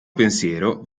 pensiero